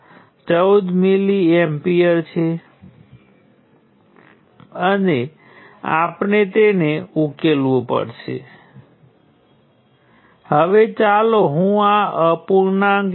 યાદ રાખો કે અગાઉ બતાવ્યા પ્રમાણે આ G તેની સાથે ગુણાશે અને આ G તેની સાથે ગુણાશે